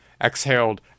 exhaled